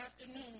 afternoon